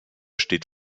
steht